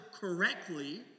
correctly